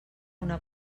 una